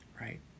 right